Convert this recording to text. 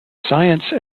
science